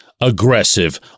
aggressive